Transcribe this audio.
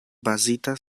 bazita